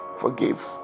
forgive